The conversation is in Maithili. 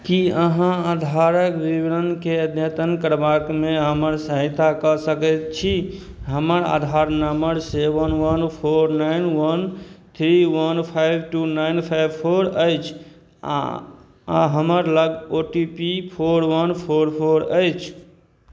की अहाँ आधारक विवरणके अद्यतन करबाकमे हमर सहायता कऽ सकैत छी हमर Aadhaar number seven one four nine one three one five two nine five four अछि आ आ हमर लग O T P four one four four अछि